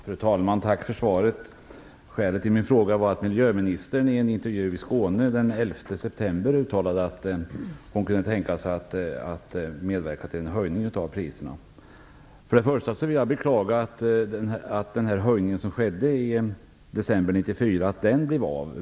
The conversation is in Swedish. Fru talman! Tack för svaret. Skälet till min fråga var att miljöministern i en intervju i Skåne den 11 september uttalade att hon kunde tänka sig att medverka till en höjning av priserna. Jag beklagar att höjningen i december 1994 blev av.